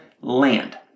land